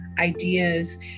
ideas